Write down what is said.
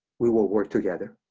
we will work together.